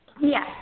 Yes